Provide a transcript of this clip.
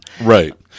Right